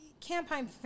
Campaign